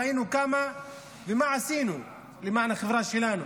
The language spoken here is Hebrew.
ראינו כמה ומה עשינו למען החברה שלנו